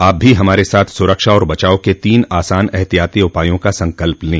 आप भी हमारे साथ सुरक्षा और बचाव के तीन आसान एहतियाती उपायों का संकल्प लें